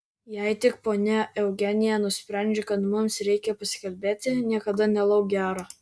jei tik ponia eugenija nusprendžia kad mums reikia pasikalbėti niekada nelauk gero